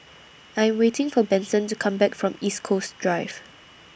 I'm waiting For Benson to Come Back from East Coast Drive